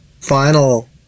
final